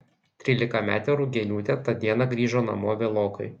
trylikametė rugieniūtė tą dieną grįžo namo vėlokai